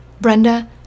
brenda